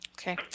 Okay